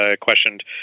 questioned